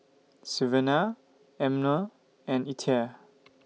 Sylvania Emmer and Ethyle